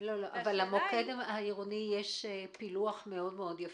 אבל במוקד העירוני יש פילוח מאוד יפה.